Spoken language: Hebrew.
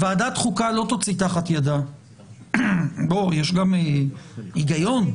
יש גם היגיון.